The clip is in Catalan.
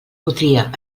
podria